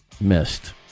missed